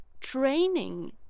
training